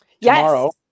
Tomorrow